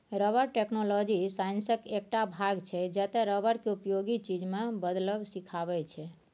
rubber technology साइंसक एकटा भाग छै जतय रबर केँ उपयोगी चीज मे बदलब सीखाबै छै